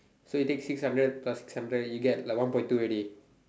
so you take six hundred plus six hundred you get like one point two already